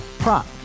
Prop